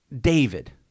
David